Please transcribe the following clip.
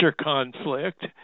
conflict